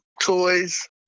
toys